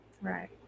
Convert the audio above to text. Right